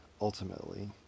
ultimately